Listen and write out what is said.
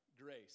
grace